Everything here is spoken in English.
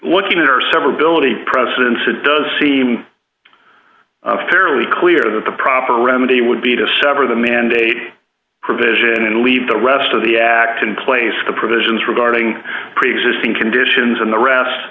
looking at or sever billing precedence it does seem fairly clear that the proper remedy would be to sever the mandate provision and leave the rest of the act in place the provisions regarding preexisting conditions and the rest